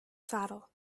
saddle